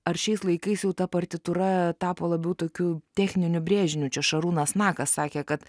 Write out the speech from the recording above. ar šiais laikais jau ta partitūra tapo labiau tokiu techniniu brėžiniu čia šarūnas nakas sakė kad